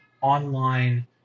online